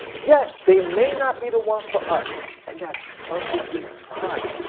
yes, they may not be the one for us and that's perfectly fine.